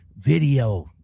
video